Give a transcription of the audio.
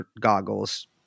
goggles